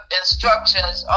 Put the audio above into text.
instructions